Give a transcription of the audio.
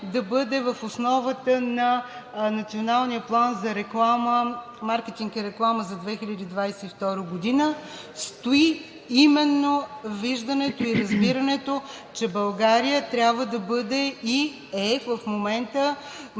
да бъде в основата на Националния план за маркетинг и реклама за 2022 г., стои именно виждането и разбирането, че България трябва да бъде и е в момента